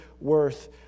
worth